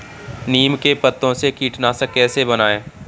नीम के पत्तों से कीटनाशक कैसे बनाएँ?